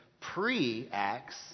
Pre-Acts